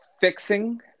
fixing